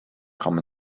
come